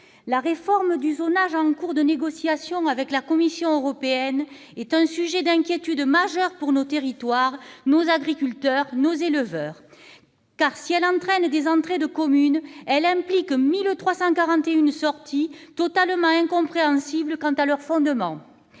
La réforme du zonage en cours de négociation avec la Commission européenne est un sujet d'inquiétude majeur pour nos territoires, nos agriculteurs et nos éleveurs : si elle entraîne des entrées de communes, elle implique 1 341 sorties sur un fondement totalement incompréhensible. Rien n'est